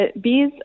bees